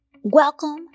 Welcome